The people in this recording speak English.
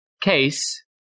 case